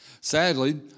Sadly